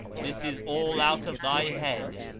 this is all out of thy head.